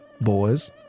boys